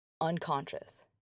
unconscious